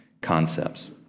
concepts